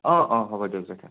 অঁ অঁ হ'ব দিয়ক